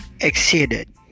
exceeded